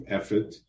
effort